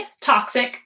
toxic